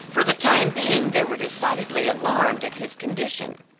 for the time being they were decidedly alarmed at his condition.